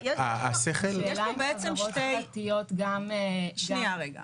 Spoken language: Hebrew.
השאלה אם חברות פרטיות הם גם --- שנייה רגע,